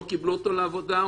לא קיבלו אותו לעבודה,